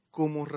como